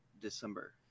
December